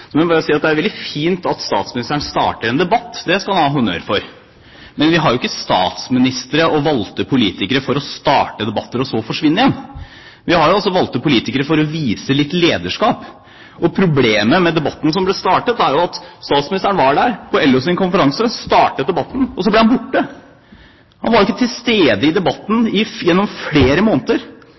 så å forsvinne igjen. Vi har jo også valgte politikere for at de skal vise litt lederskap. Problemet med debatten er jo at statsministeren var der, på LOs konferanse, og startet debatten. Så ble han borte. Han var ikke til stede i debatten gjennom flere måneder.